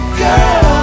girl